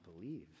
believe